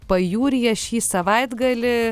pajūryje šį savaitgalį